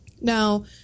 Now